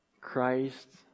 Christ